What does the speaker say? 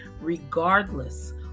Regardless